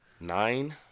Nine